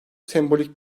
sembolik